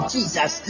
Jesus